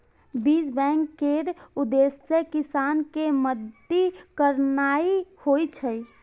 बीज बैंक केर उद्देश्य किसान कें मदति करनाइ होइ छै